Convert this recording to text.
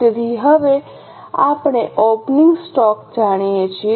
તેથી હવે આપણે ઓપનિંગ સ્ટોક જાણીએ છીએ